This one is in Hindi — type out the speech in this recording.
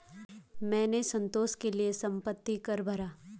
मैंने संतोष के लिए संपत्ति कर भरा